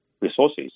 resources